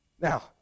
Now